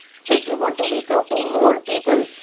so if you want to reach out to more people,